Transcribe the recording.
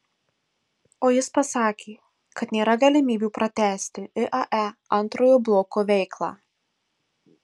o jis pasakė kad nėra galimybių pratęsti iae antrojo bloko veiklą